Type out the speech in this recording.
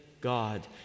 God